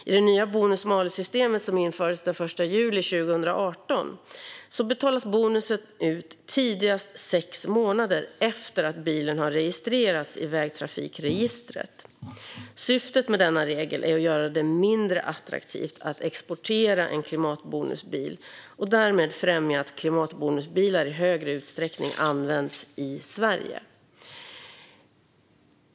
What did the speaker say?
I det nya bonus-malus-systemet, som infördes den 1 juli 2018, betalas bonusen ut tidigast sex månader efter att bilen har registrerats i vägtrafikregistret. Syftet med denna regel är att göra det mindre attraktivt att exportera en klimatbonusbil och därmed främja att klimatbonusbilar i högre utsträckning används i Sverige.